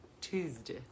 Tuesday